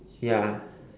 ya